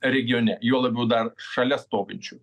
regione juo labiau dar šalia stovinčių